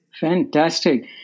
Fantastic